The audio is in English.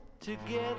together